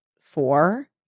four